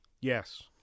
Yes